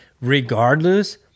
regardless